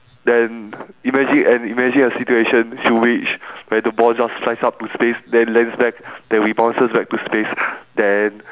then imagine and imagine a situation to which where the ball just flies up to space then lands back then rebounds back to space then